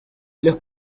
los